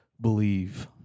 believe